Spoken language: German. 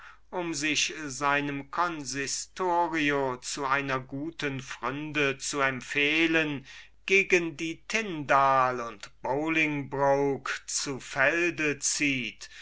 um sich seinem consistorio zu einer guten pfründe zu empfehlen gegen einen tindal oder bolingbroke zu felde zieht